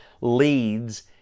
leads